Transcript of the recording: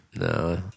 No